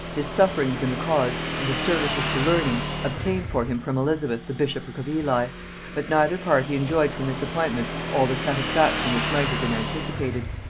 his sufferings in the cause, and his services to learning, obtained for him from elizabeth the bishopric of ely but neither party enjoyed from this appointment all the satisfaction which might have been anticipated.